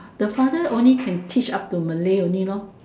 the father only can teach up to Malay only